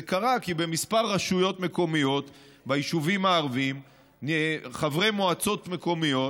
זה קרה כי בכמה רשויות מקומיות ביישובים הערביים חברי מועצות מקומיות